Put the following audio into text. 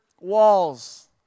walls